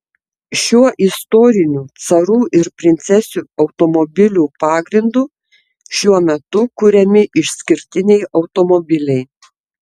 šiuo istoriniu carų ir princesių automobilių pagrindu šiuo metu kuriami išskirtiniai automobiliai